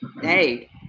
hey